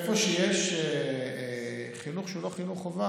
איפה שיש חינוך חובה